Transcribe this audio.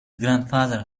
grandfather